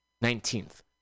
Nineteenth